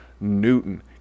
Newton